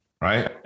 right